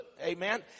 amen